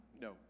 No